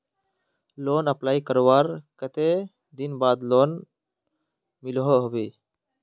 Loan apply करवार कते दिन बाद लोन मिलोहो होबे?